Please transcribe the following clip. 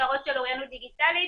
בהכשרות של אוריינות דיגיטלית.